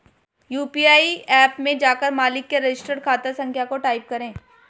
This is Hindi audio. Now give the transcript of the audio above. यू.पी.आई ऐप में जाकर मालिक के रजिस्टर्ड खाता संख्या को टाईप करें